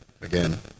Again